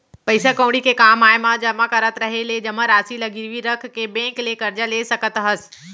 पइसा कउड़ी के काम आय म जमा करत रहें ले जमा रासि ल गिरवी रख के बेंक ले करजा ले सकत हस